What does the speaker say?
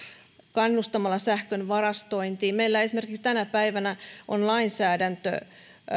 kannustamalla sähkön varastointiin meillä esimerkiksi tänä päivänä on lainsäädäntö